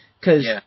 cause